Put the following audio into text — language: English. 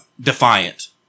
defiant